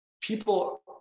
people